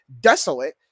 desolate